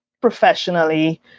professionally